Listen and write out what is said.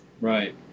Right